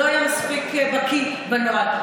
לא יהיה מספיק בקיא בנוהל.